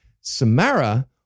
Samara